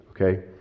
Okay